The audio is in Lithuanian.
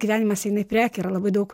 gyvenimas eina į priekį yra labai daug